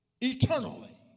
eternally